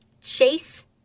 chase